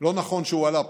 לא נכון שהועלה פה,